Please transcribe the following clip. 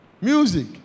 Music